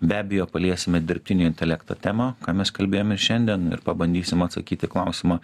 be abejo paliesime dirbtinio intelekto temą ką mes kalbėjom ir šiandien ir pabandysim atsakyt į klausimą